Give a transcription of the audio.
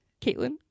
Caitlin